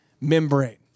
membrane